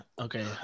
okay